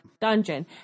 dungeon